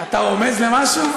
אתה רומז למשהו?